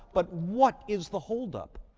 but what is the hold-up?